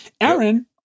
Aaron